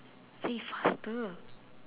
say faster